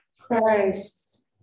Christ